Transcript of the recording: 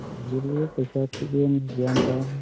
ꯗꯤꯂꯦꯟ ꯄꯩꯁꯥ ꯈꯨꯌꯦꯟꯁꯦ ꯒ꯭ꯌꯥꯟ ꯇꯥꯗ꯭ꯔꯦ